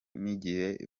n’igihe